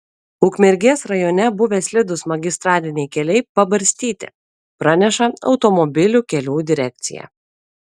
ukmergės rajone buvę slidūs magistraliniai keliai pabarstyti praneša automobilių kelių direkcija